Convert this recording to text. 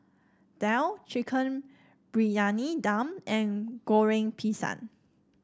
daal Chicken Briyani Dum and Goreng Pisang